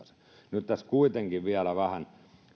tässä kuitenkin vielä vähän